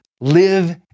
live